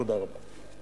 תודה רבה.